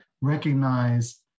recognize